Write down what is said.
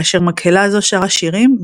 כאשר מקהלה זו שרה שירים,